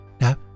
no